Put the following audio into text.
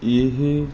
ਇਹ